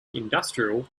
industrial